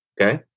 Okay